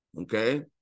okay